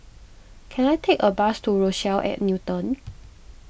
can I take a bus to Rochelle at Newton